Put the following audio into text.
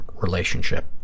relationship